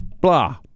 Blah